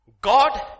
God